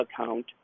account